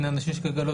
אני חושב שכדאי,